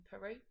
Peru